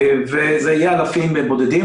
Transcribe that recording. וזה יהיה אלפים בודדים.